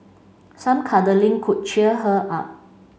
some cuddling could cheer her up